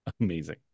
amazing